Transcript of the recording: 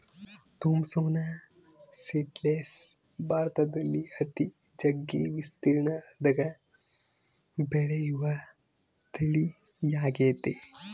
Thompson seedless ಭಾರತದಲ್ಲಿ ಅತಿ ಜಗ್ಗಿ ವಿಸ್ತೀರ್ಣದಗ ಬೆಳೆಯುವ ತಳಿಯಾಗೆತೆ